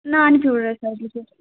நான் அனுப்பி விட்றேன் சார் டீடியல்ஸ்